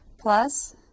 Plus